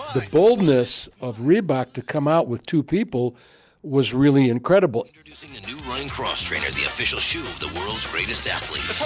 the boldness of reebok to come out with two people was really incredible zero new running cross-trainer, the official shoe of the world's greatest athletes